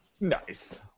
Nice